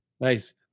nice